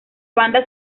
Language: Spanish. banda